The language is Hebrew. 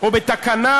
או בתקנה.